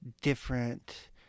different